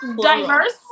diverse